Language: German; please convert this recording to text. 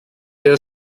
der